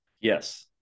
Yes